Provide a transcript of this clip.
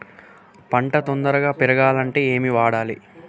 పంట తొందరగా పెరగాలంటే ఏమి వాడాలి?